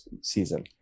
season